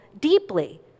deeply